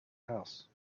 house